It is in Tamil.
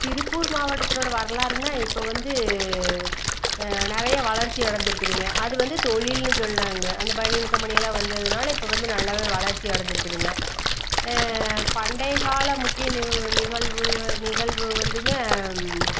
திருப்பூர் மாவட்டத்தினோடய வரலாறுன்னா இப்போ வந்து நிறையா வளர்ச்சி அடஞ்சுருக்குதுங்க அது வந்து தொழில்னு சொல்லாங்க அந்த பனியன் கம்பெனியெல்லாம் வந்ததுனால் இப்போ வந்து நல்லாவே வளர்ச்சி அடஞ்சுருக்குதுங்க பண்டைய கால முக்கிய நிகழ்வு வந்துங்க